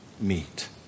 meet